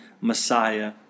Messiah